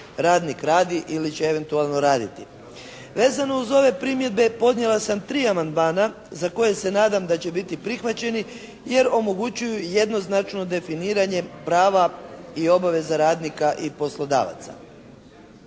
radnik radi ili će eventualno raditi. Vezano uz ove primjedbe podnijela sam tri amandmana za koje se nadam da će biti prihvaćeni jer omogućuju jednoznačno definiranje prava i obaveza radnika i poslodavaca.